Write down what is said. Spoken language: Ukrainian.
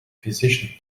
фізичних